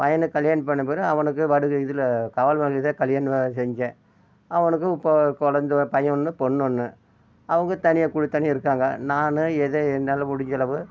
பையனுக்கு கல்யாணம் பண்ண பெறகு அவனுக்கு இதில் காவலுவானியில் தான் கல்யாணம் செஞ்சேன் அவனுக்கும் இப்போது கொழந்தை பையன் ஒன்று பொண்ணு ஒன்று அவங்க தனியாக குடி தனியாக இருக்காங்க நான் ஏதோ என்னால் முடிஞ்சளவு